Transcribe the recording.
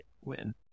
win